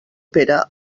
pere